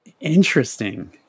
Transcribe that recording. Interesting